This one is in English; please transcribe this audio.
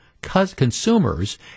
consumers